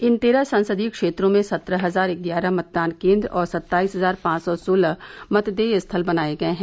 इन तेरह संसदीय क्षेत्रों में सत्रह हजार ग्यारह मतदान केन्द्र और सत्ताईस हजार पांच सौ सोलह मतदेय स्थल बनाये गये हैं